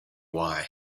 why